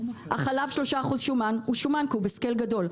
החלב 3% שומן כי הוא בסקייל גדול,